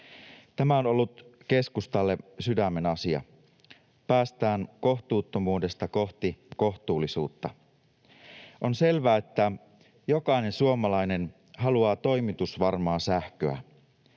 Tämä on ollut keskustalle sydämenasia. Päästään kohtuuttomuudesta kohti kohtuullisuutta. On selvää, että jokainen suomalainen haluaa toimitusvarmaa sähköä.